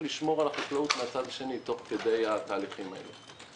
לשמור על החקלאות מן הצד השני תוך כדי התהליכים האלה.